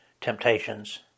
temptations